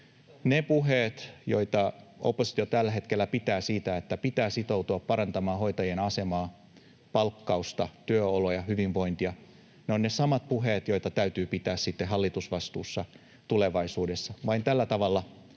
Ne puheet, joita oppositio tällä hetkellä pitää siitä, että pitää sitoutua parantamaan hoitajien asemaa, palkkausta, työoloja, hyvinvointia, ne ovat niitä samoja puheita, joita täytyy pitää sitten hallitusvastuussa tulevaisuudessa.